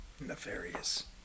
Nefarious